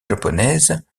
japonaise